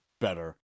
better